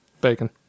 bacon